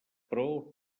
però